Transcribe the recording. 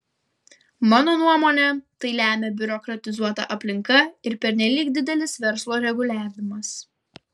mano nuomone tai lemia biurokratizuota aplinka ir pernelyg didelis verslo reguliavimas